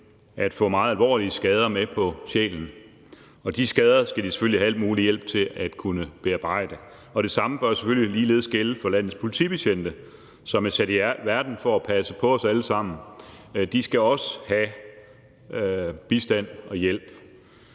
at få meget alvorlige skader på sjælen, og de skader skal de selvfølgelig have al mulig hjælp til at kunne bearbejde. Det samme bør selvfølgelig gælde for landets politibetjente, som er sat i verden for at passe på os alle sammen; de skal også have bistand og hjælp.